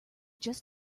just